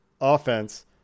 offense